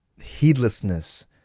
heedlessness